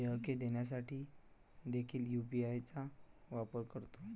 देयके देण्यासाठी देखील यू.पी.आय चा वापर करतो